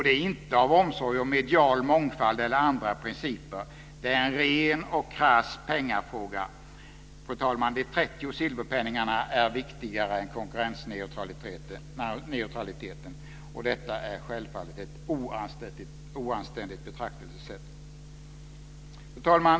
Det är inte av omsorg om medial mångfald eller om andra principer, utan det är en ren, en krass, pengafråga. De 30 silverpenningarna är viktigare än konkurrensneutraliteten. Detta är självfallet ett oanständigt betraktelsesätt. Fru talman!